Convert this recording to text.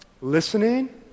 Listening